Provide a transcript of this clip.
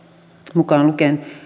mukaan lukien